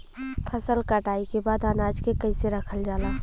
फसल कटाई के बाद अनाज के कईसे रखल जाला?